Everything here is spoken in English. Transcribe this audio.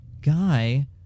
guy